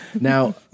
Now